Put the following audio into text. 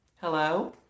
hello